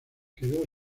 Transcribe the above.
quedó